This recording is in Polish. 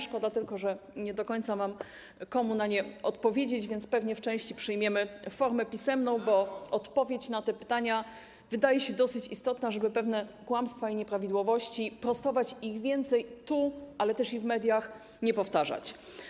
Szkoda tylko, że nie do końca mam komu na nie odpowiedzieć, więc pewnie w części przyjmiemy formę pisemną, bo odpowiedź na te pytania wydaje się dosyć istotna, żeby pewne kłamstwa i nieprawidłowości sprostować i więcej ich tu, ale też w mediach nie powtarzać.